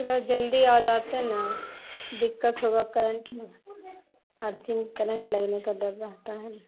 تھوڑا جلدی آ جاتے نا دقت ہوگا کرنٹ ارتھنگ کرنٹ لگنے کا ڈر رہتا ہے نا